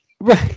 Right